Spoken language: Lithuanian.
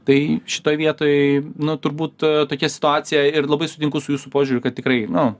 tai šitoj vietoj nu turbūt tokia situacija ir labai sutinku su jūsų požiūriu kad tikrai nu